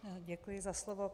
Děkuji za slovo.